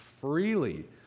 freely